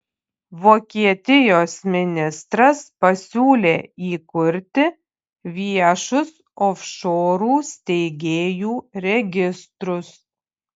vokietijos ministras pasiūlė įkurti viešus ofšorų steigėjų registrus